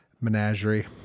menagerie